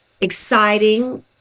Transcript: exciting